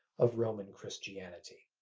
of roman christianity.